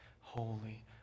holy